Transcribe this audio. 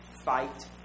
fight